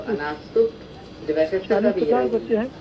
चालीस पचास बच्चे है